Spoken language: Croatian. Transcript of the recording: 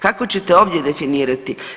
Kako ćete ovdje definirati?